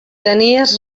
tenies